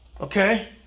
Okay